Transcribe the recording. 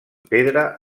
pedra